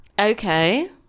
Okay